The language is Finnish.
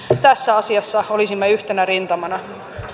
tässä asiassa olisimme yhtenä rintamana